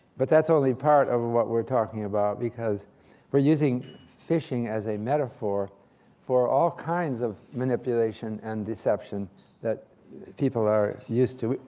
but that's only part of of what we're talking about, because we're using phishing as a metaphor for all kinds of manipulation and deception that people are used to.